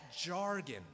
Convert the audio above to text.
jargon